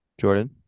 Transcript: Jordan